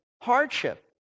hardship